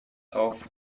auf